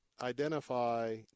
identify